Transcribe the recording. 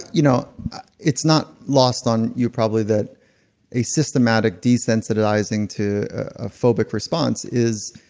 you know it's not lost on you probably that a systematic desensitizing to a phobic response is,